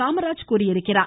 காமராஜ் தெரிவித்திருக்கிறார்